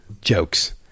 jokes